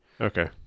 Okay